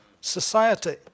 society